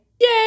Yay